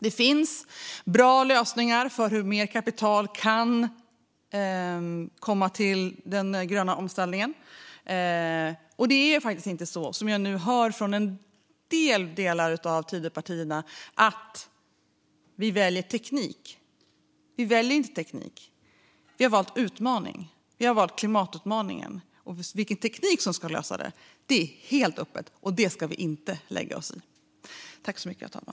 Det finns bra lösningar på hur mer kapital kan komma till den gröna omställningen. Och det är faktiskt inte så, som jag hör från vissa delar av Tidöpartierna, att vi väljer teknik. Vi väljer inte teknik. Vi har valt utmaning. Vi har valt klimatutmaningen. Vilken teknik som ska lösa det är helt öppet, och det ska vi inte lägga oss i.